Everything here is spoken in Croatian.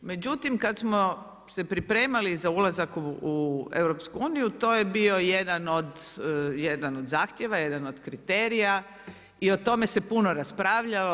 Međutim, kad smo se pripremali za ulazak u EU to je bio jedan od zahtjeva, jedan od kriterija i o tome se puno raspravljalo.